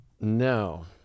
No